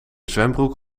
zwembroek